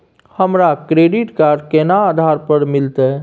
हमरा credit card केना आधार पर मिलते?